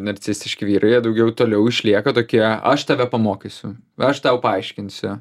narcistiški vyrai jie daugiau toliau išlieka tokie aš tave pamokysiu aš tau paaiškinsiu